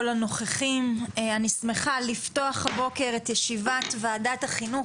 אני שמחה לפתוח הבוקר את ישיבת ועדת החינוך,